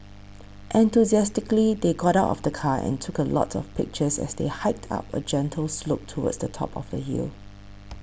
enthusiastically they got out of the car and took a lot of pictures as they hiked up a gentle slope towards the top of the hill